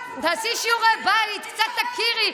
זה לא בוטל, קצת תכירי.